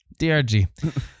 DRG